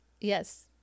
yes